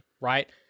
Right